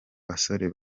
basore